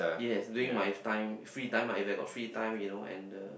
yes doing my time free time ah if I got free time you know and the